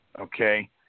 Okay